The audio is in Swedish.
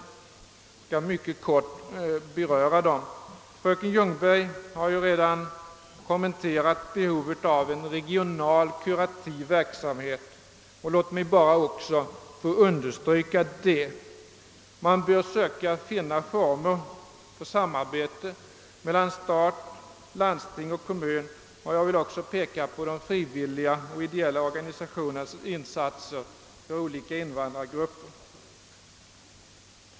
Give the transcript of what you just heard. Jag skall här mycket kort beröra dem. Fröken Ljungberg har redan kommenterat behovet av en regional kurativ verksamhet. Låt mig också bara få understryka detta. Man bör söka finna former för samarbete mellan stat, landsting och kommun. Jag vill också peka på de frivilliga och ideella organisationernas insatser för olika invandrargrupper.